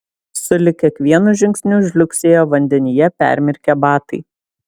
sulig kiekvienu žingsniu žliugsėjo vandenyje permirkę batai